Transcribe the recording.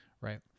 right